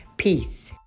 Peace